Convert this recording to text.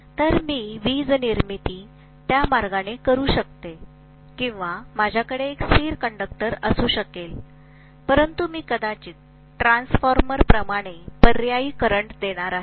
तर आपण वीज निर्मिती त्या मार्गाने करू शकतो किंवा माझ्याकडे एक स्थिर कंडक्टर असू शकेल परंतु मी कदाचित ट्रान्सफॉर्मर प्रमाणे पर्यायी करंट देणार आहे